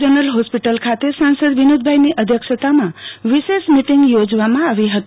general hospital ખાતે સાંસદ વિનોદભાઈ ચાવડાની અધ્યક્ષતામાં વિશેષ મિટીંગ યોજવામાં આવી હતી